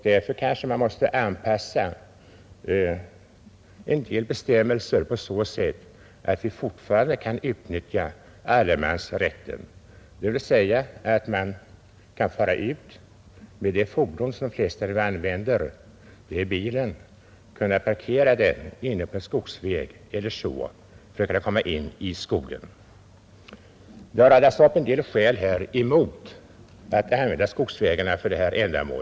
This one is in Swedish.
Därför kanske man måste anpassa en del bestämmelser så att vi fortfarande kan utnyttja allemansrätten, dvs. att vi kan fara ut med det fordon som de flesta av oss använder, nämligen bilen, parkera den inne på en skogsväg eller dylikt och bege oss in i skogen. Det har anförts en del skäl här emot att använda skogsbilvägarna för detta ändamål.